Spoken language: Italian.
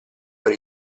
per